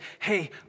hey